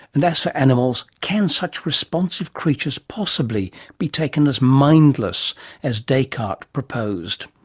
and as for animals can such responsive creatures possibly be taken as mindless as descartes proposed?